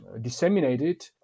disseminated